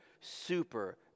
super